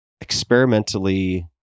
experimentally